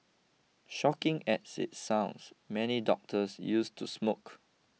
shocking as it sounds many doctors used to smoke